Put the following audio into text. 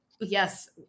yes